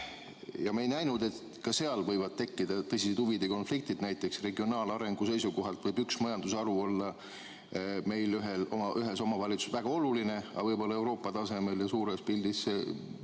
Me ei näinud, et ka seal võivad tekkida tõsiseid huvide konfliktid. Näiteks, regionaalarengu seisukohalt võib üks majandusharu olla meil ühes omavalitsuses väga oluline, aga võib-olla Euroopa tasemel ja suures pildis on